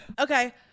Okay